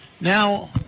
Now